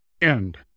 end